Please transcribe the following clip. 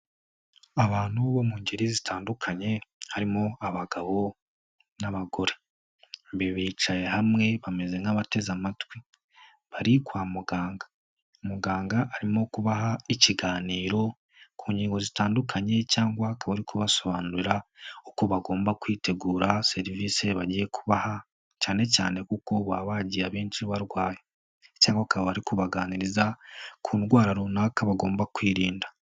Abantu bo mu ngeri zitandukanye harimo abagabo n'abagore, bicaye hamwe bameze nk'abateze amatwi bari kwa muganga, muganga arimo kubaha ikiganiro ku ingingo zitandukanye cyangwa akaba ari kubasobanurira uko bagomba kwitegura serivisi bagiye kubaha cyane cyane kuko baba bagiye abenshi barwaye cyangwa ukaba bari kubaganiriza ku ndwara runaka bagomba kwirinda.